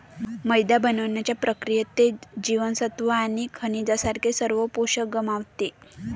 मैदा बनवण्याच्या प्रक्रियेत, ते जीवनसत्त्वे आणि खनिजांसारखे सर्व पोषक गमावते